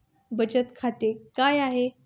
बचत खाते काय आहे?